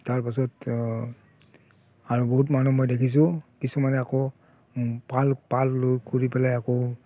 তাৰপাছত আৰু বহুত মানুহ মই দেখিছোঁ কিছুমানে আকৌ পাল পাল কৰি পেলাই আকৌ